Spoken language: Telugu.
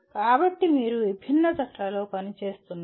కాబట్టి మీరు విభిన్న జట్లలో పని చేస్తున్నారు